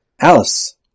Alice